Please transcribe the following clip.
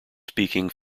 speaking